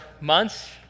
months